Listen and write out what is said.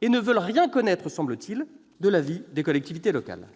et ne veulent rien connaître, semble-t-il -de la vie des collectivités locales.